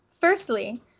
Firstly